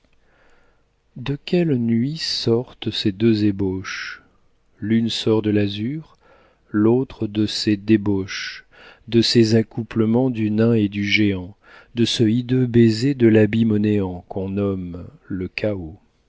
de quelle nuit sortent ces deux ébauches l'une sort de l'azur l'autre de ces débauches de ces accouplements du nain et du géant de ce hideux baiser de l'abîme au néant qu'un nomme le chaos